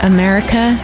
America